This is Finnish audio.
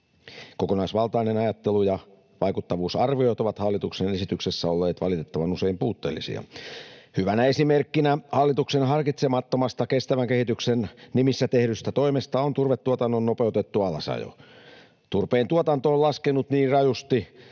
Kokonaisvaltainen ajattelu ja vaikuttavuusarviot ovat hallituksen esityksessä olleet valitettavan usein puutteellisia. Hyvänä esimerkkinä hallituksen harkitsemattomasta kestävän kehityksen nimissä tehdystä toimesta on turvetuotannon nopeutettu alasajo. Turpeentuotanto on laskenut niin rajusti,